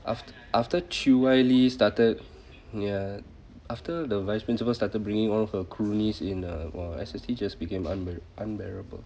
after after chew wai lee started ya after the vice principal started bringing all her croonies in ah !wah! S_S_T just became un~ unbearable